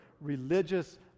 religious